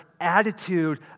attitude